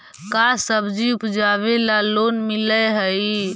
का सब्जी उपजाबेला लोन मिलै हई?